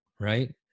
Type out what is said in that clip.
right